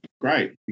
great